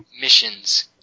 missions